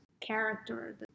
character